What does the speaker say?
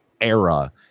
era